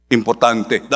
Importante